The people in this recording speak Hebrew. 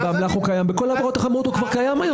בכל העבירות החמורות הוא קיים היום.